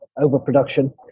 overproduction